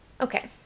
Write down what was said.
okay